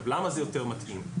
למה זה יותר מתאים?